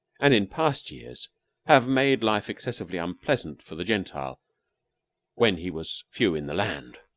and in past years have made life excessively unpleasant for the gentile when he was few in the land.